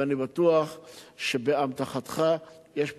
ואני בטוח שבאמתחתך יש פתרונות.